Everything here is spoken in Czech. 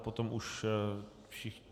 Potom už všichni...